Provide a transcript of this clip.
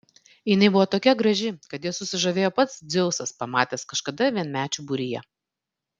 jinai buvo tokia graži kad ja susižavėjo pats dzeusas pamatęs kažkada vienmečių būryje